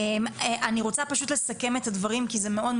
אני רוצה פשוט לסכם את הדברים כי זה מאוד,